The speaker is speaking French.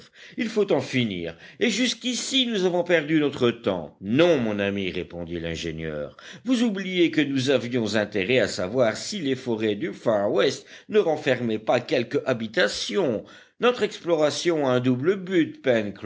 il faut en finir et jusqu'ici nous avons perdu notre temps non mon ami répondit l'ingénieur vous oubliez que nous avions intérêt à savoir si les forêts du far west ne renfermaient pas quelque habitation notre exploration a un double but